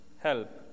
help